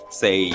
say